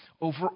over